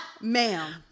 Ma'am